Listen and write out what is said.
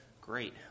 great